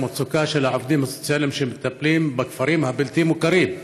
והמצוקה של העובדים הסוציאליים שמטפלים בכפרים הבלתי-מוכרים.